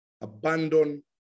abandon